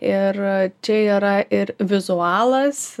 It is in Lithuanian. ir čia yra ir vizualas